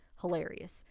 hilarious